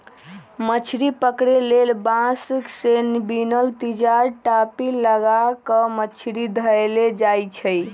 मछरी पकरे लेल बांस से बिनल तिजार, टापि, लगा क मछरी धयले जाइ छइ